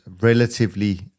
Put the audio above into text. relatively